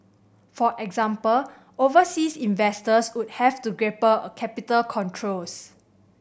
for example overseas investors would have to grapple a capital controls